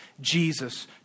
Jesus